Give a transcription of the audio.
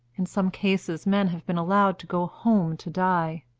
in some cases men have been allowed to go home to die.